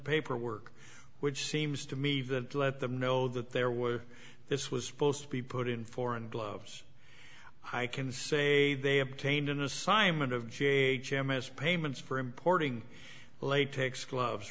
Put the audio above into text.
paperwork which seems to me that let them know that there was this was supposed to be put in for and loves i can say they obtained an assignment of g h m as payments for importing latex gloves